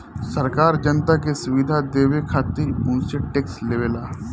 सरकार जनता के सुविधा देवे खातिर उनसे टेक्स लेवेला